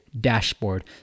dashboard